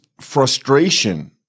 frustration—